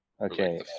okay